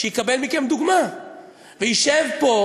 שיקבל מכם דוגמה וישב פה,